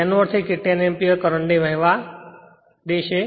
તેનો અર્થ એ કે તે 10 એમ્પીયર કરંટ ને વહેવા દેશે